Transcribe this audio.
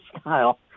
style